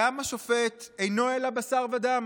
"גם השופט אינו אלא בשר ודם,